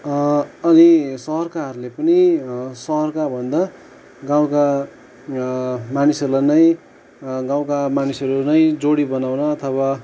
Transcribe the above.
अनि सहरकाहरूले पनि सहरकाभन्दा गाउँका मानिसहरूलाई नै गाउँका मानिसहरूलाई नै जोडी बनाउन अथवा